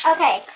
Okay